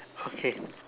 okay